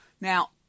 Now